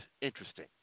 interesting